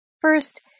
First